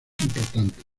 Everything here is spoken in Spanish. importantes